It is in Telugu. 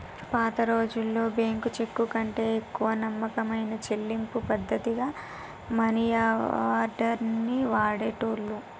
పాతరోజుల్లో బ్యేంకు చెక్కుకంటే ఎక్కువ నమ్మకమైన చెల్లింపు పద్ధతిగా మనియార్డర్ ని వాడేటోళ్ళు